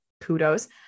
kudos